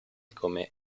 come